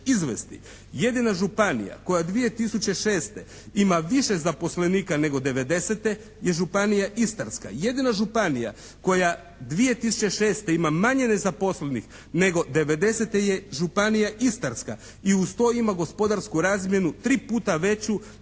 izvesti. Jedina županija koja 2006. ima više zaposlenika nego '90. je Županija istarska. Jedina županija koja 2006. ima manje nezaposlenih nego '90. je Županija istarska i uz to ima gospodarsku razmjenu 3 puta veću